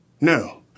No